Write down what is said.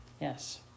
yes